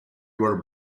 were